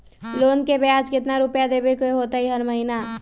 Loan के ब्याज कितना रुपैया देबे के होतइ हर महिना?